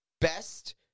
best